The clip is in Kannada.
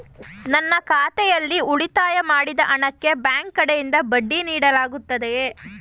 ನನ್ನ ಖಾತೆಯಲ್ಲಿ ಉಳಿತಾಯ ಮಾಡಿದ ಹಣಕ್ಕೆ ಬ್ಯಾಂಕ್ ಕಡೆಯಿಂದ ಬಡ್ಡಿ ನೀಡಲಾಗುತ್ತದೆಯೇ?